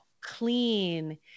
clean